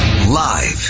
Live